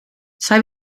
zij